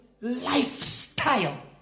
lifestyle